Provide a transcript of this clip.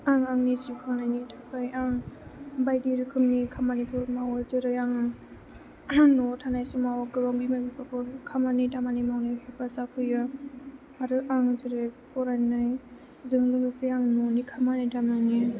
आं आंनि जिउ खांनायनि थाखाय आं बायदि रोखोमनि खामानिफोर मावो जेरै आङो न'आव थानाय समाव गोबां बिमा बिफाखौ खामानि दामानि मावनायाव हेफाजाब होयो आरो आं जेरै फरायनायजों लोगोसे आं न'नि खामानि दामानि